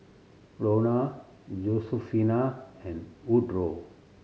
Lona Josefina and Woodroe